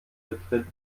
betritt